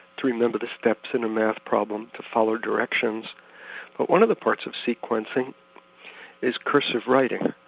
to remember the steps in a maths problem, to follow directions. but one of the parts of sequencing is cursive writing,